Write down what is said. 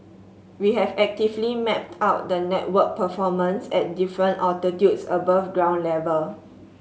we have actively mapped out the network performance at different altitudes above ground level